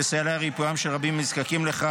ויסייע לריפוים של רבים הנזקקים לכך,